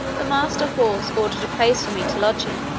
the master horse ordered a place for me to lodge in